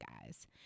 guys